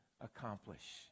accomplish